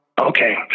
okay